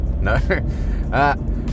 No